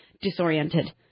disoriented